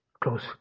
close